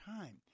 time